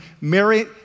Mary